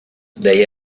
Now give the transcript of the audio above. they